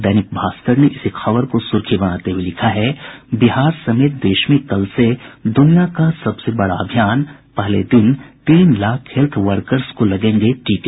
दैनिक भास्कर ने इसी खबर को सुर्खी बनाते हुए लिखा है बिहार समेत देश में कल से दुनिया का सबसे बड़ा अभियान पहले दिन तीन लाख हेत्थ वर्कर्स को लगेंगे टीके